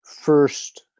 first